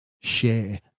share